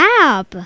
Lab